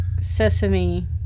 Sesame